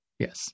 Yes